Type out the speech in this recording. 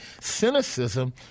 cynicism